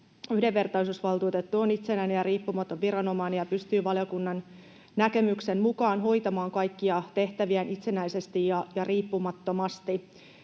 yhdenvertaisuusvaltuutettu on itsenäinen ja riippumaton viranomainen ja pystyy valiokunnan näkemyksen mukaan hoitamaan kaikkia tehtäviään itsenäisesti ja riippumattomasti.